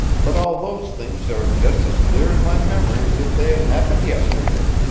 but all those things are just as clear in my memory as if they had happened yesterday.